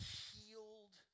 healed